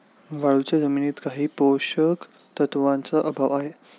वाळूच्या जमिनीत काही पोषक तत्वांचा अभाव आहे